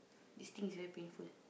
this thing is very painful